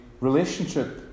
relationship